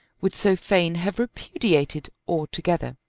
would so fain have repudiated altogether.